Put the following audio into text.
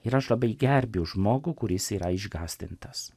ir aš labai gerbiu žmogų kuris yra išgąsdintas